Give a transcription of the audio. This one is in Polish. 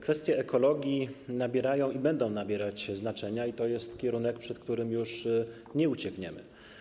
Kwestie ekologii nabierają i będą nabierać znaczenia, jest to kierunek, przed którym już nie uciekniemy.